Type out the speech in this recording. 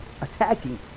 attacking